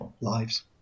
lives